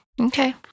Okay